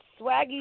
swaggy